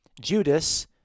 Judas